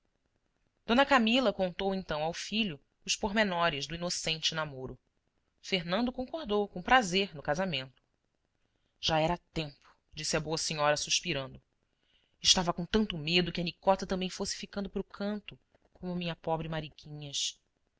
d camila contou então ao filho os pormenores do inocente namoro fernando concordou com prazer no casamento já era tempo disse a boa senhora suspirando estava com tanto medo que a nicota também fosse ficando para o canto como minha pobre mariquinhas